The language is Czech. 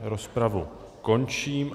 Rozpravu končím.